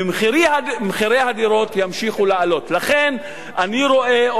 ומחירי הדירות ימשיכו לעלות לכן אני רואה,